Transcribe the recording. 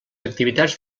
activitats